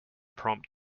prompt